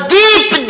deep